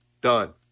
Done